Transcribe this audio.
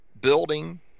building